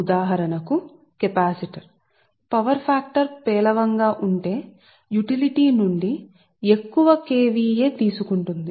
ఉదాహరణకు కొన్ని కెపాసిటర్ మీ పవర్ ఫాక్టర్ పేలవంతక్కువగా ఉంటే మీరు తీసు కుంటారు మీరు యుటిలిటీ నుండి ఎక్కువ KVA ను తీసు కుంటారు